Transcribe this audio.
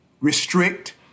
restrict